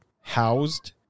housed